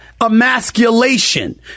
emasculation